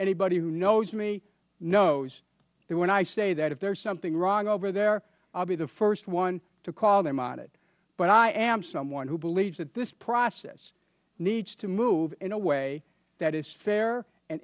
anybody who knows me knows that when i say that if there is something wrong over there i will be the first one to call them on it but i am someone who believes that this process needs to move in a way that is fair and